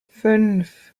fünf